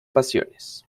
pasiones